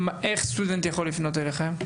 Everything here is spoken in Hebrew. איך סטודנט יכול לפנות אליכם?